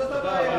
זאת הבעיה.